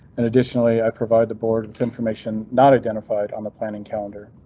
and additionally i provide the board with information not identified on the planning calendar.